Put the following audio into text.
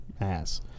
ass